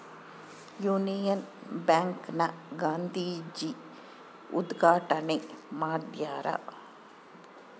Union bank ನ ಗಾಂಧೀಜಿ ಉದ್ಗಾಟಣೆ ಮಾಡ್ಯರ